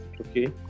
Okay